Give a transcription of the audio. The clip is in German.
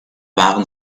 waren